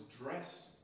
dressed